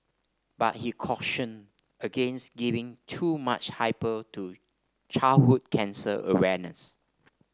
but he cautioned against giving too much hype to childhood cancer awareness